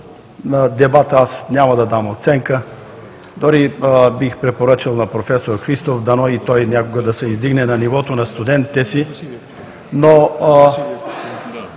на дебата?! Аз няма да дам оценка дори бих препоръчал на проф. Христов – дано и той някога да се издигне на нивото на студентите си.